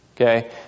Okay